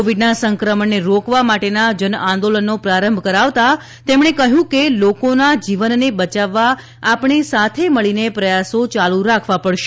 કોવિડના સંક્રમણને રોકવા માટેના જનઆંદોલનનો પ્રારંભ કરાવતા તેમણે કહ્યું કે લોકોના જીવનને બચાવવા આપણે સાથે મળીને પ્રયાસો યાલુ રાખવા પડશે